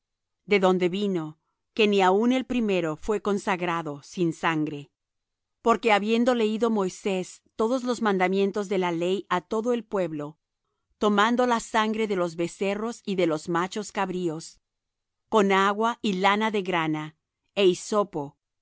de donde vino que ni aun el primero fué consagrado sin sangre porque habiendo leído moisés todos los mandamientos de la ley á todo el pueblo tomando la sangre de los becerros y de los machos cabríos con agua y lana de grana é hisopo